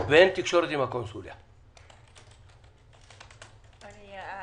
מינהלת אכיפה קורונה ארצית, המשרד